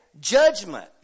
judgment